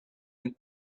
and